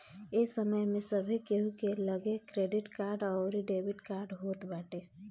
ए समय में सभे केहू के लगे क्रेडिट कार्ड अउरी डेबिट कार्ड होत बाटे